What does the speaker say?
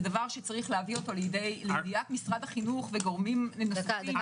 זה דבר שיש להביאו לידי ידיעת משרד החינוך או גורמים אחרים.